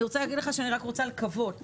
אני רוצה להגיד לך שאני רק רוצה לקוות שהגיוון,